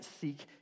seek